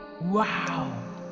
wow